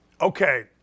Okay